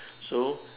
so